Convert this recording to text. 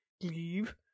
leave